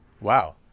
Wow